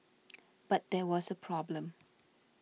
but there was a problem